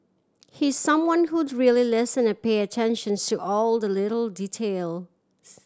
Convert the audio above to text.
he's someone whose really listen and pay attention to all the little details